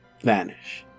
Vanish